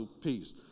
Peace